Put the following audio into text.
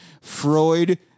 Freud